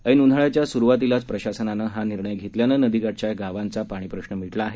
ऐन उन्हाळ्याच्या सुरुवातीलाच प्रशासनानं हा निर्णय घेतल्यानं नदीकाठच्या गावांचा पाणीप्रश्न मिटला आहे